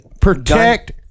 Protect